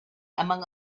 among